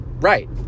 right